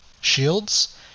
shields